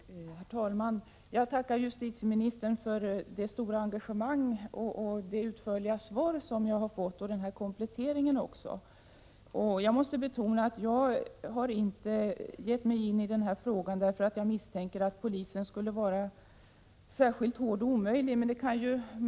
Herr talman! Jag tackar justitieministern för det stora engagemanget, det utförliga svaret och kompletteringen. Jag måste betona att jag inte har gett mig in i den här frågan därför att jag misstänker att polisen skulle vara särskilt hård och omöjlig.